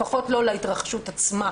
לפחות לא להתרחשות עצמה.